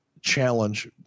challenge